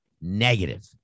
negative